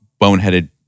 boneheaded